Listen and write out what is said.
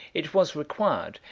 it was required,